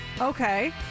okay